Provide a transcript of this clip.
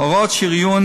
הוראות שריון,